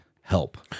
help